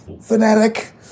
fanatic